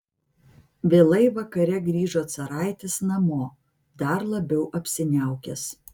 vėlai vakare grįžo caraitis namo dar labiau apsiniaukęs